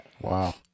Wow